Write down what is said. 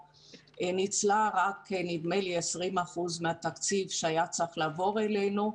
ניצל רק 20% מן התקציב שהיה צריך לעבור אלינו.